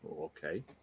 Okay